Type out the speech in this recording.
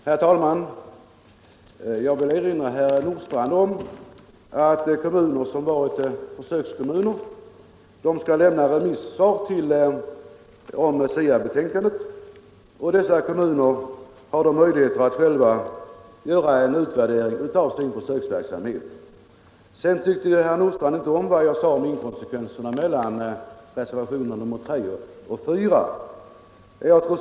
Herr talman! Jag vill erinra herr Nordstrandh om att kommuner som varit försökskommuner skall lämna remissvar om SIA-betänkandet. Dessa kommuner har då möjligheter att själva göra en bedömning av sin försöksverksamhet. Herr Nordstrandh tyckte inte om det jag sade om inkonsekvenserna mellan reservationerna 3 och 4.